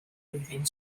blwyddyn